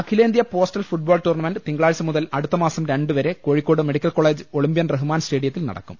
അഖിലേന്ത്യാ postal football tournament തിങ്കളാഴ്ച മുതൽ അടുത്തമാസം രണ്ടുവരെ Kozhikode medical college olympian Rahman സ്റ്റേഡിയത്തിൽ നടക്കും